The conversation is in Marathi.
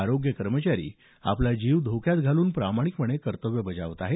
आरोग्य कर्मचारी आपला जीव धोक्यात घालून प्रामाणिकपणे कर्तव्य बजावत आहेत